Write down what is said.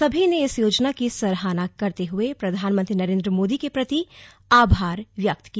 सभी ने इस योजना की सराहना करते हुए प्रधानमंत्री नरेंद्र मोदी के प्रति आभार व्यक्त किया